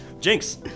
Jinx